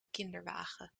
kinderwagen